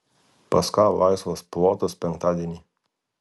pas ką laisvas plotas penktadienį